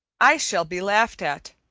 i shall be laughed at,